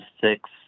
six